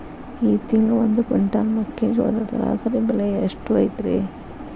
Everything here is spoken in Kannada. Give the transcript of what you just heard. ಈ ತಿಂಗಳ ಒಂದು ಕ್ವಿಂಟಾಲ್ ಮೆಕ್ಕೆಜೋಳದ ಸರಾಸರಿ ಬೆಲೆ ಎಷ್ಟು ಐತರೇ?